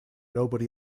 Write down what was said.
nobody